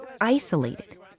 isolated